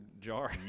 jar